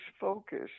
focus